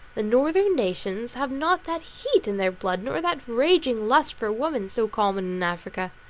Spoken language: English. the northern nations have not that heat in their blood, nor that raging lust for women, so common in africa.